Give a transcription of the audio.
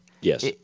Yes